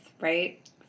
right